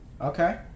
Okay